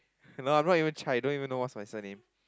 no I'm not even Chai don't even know what's my surname